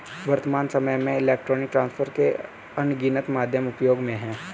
वर्त्तमान सामय में इलेक्ट्रॉनिक ट्रांसफर के अनगिनत माध्यम उपयोग में हैं